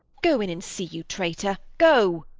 go in and see, you traitor. go!